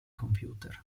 computer